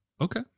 Okay